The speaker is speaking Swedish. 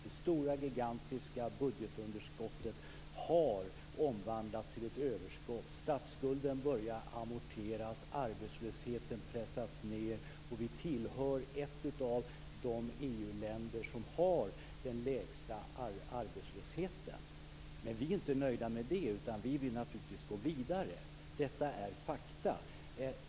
Det stora gigantiska budgetunderskottet har omvandlats till ett överskott. Statsskulden börjar amorteras, arbetslösheten pressas ned, och vi tillhör de EU-länder som har den lägsta arbetslösheten. Men vi är inte nöjda med det, utan vi vill naturligtvis gå vidare. Detta är faktum.